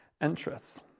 interests